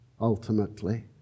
ultimately